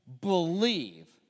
believe